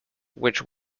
which